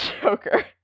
Joker